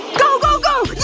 go go go!